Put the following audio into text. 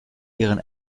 ihren